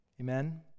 Amen